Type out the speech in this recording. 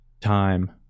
time